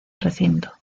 recinto